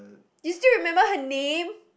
you still remember her name